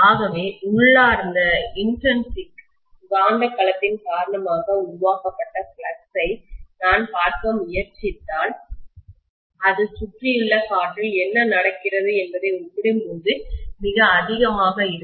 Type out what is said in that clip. ஆகவே உள்ளார்ந்த இன்ட்ரீன்சிக் காந்தக் களத்தின் காரணமாக உருவாக்கப்பட்ட ஃப்ளக்ஸை நான் பார்க்க முயற்சித்தால் அது சுற்றியுள்ள காற்றில் என்ன நடக்கிறது என்பதை ஒப்பிடும்போது மிக அதிகமாக இருக்கும்